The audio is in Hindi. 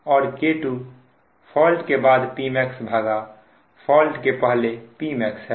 और K2 फॉल्ट के बाद Pmax भागा फॉल्ट के पहले Pmax है